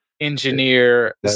engineer